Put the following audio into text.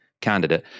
candidate